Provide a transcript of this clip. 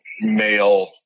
male